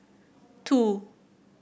two